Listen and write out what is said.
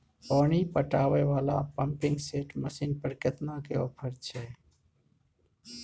पानी पटावय वाला पंपिंग सेट मसीन पर केतना के ऑफर छैय?